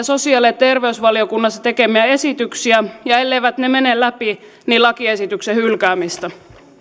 sosiaali ja terveysvaliokunnassa tekemiä esityksiä ja elleivät ne mene läpi niin lakiesityksen hylkäämistä